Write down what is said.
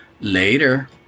Later